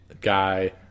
guy